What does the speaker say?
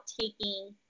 taking